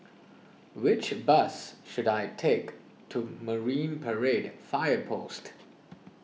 which bus should I take to Marine Parade Fire Post